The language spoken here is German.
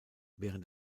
während